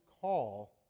call